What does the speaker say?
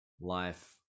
life